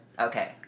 Okay